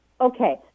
okay